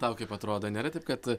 tau kaip atrodo nėra taip kad